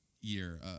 year